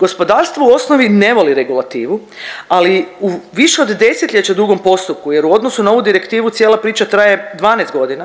Gospodarstvo u osnovi ne voli regulativu, ali u više od 10-ljeća dugom postupku jer u odnosu na ovu direktivu cijela priča traje 12.g.,